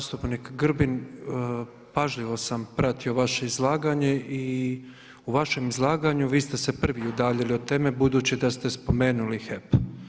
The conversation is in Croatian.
Zastupnik Grbin pažljivo sam pratio vaše izlaganje i u vašem izlaganju vi ste se prvi udaljili od teme, budući da ste spomenuli HEP.